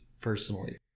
personally